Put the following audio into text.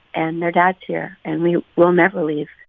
and their dad's here, and we will never leave.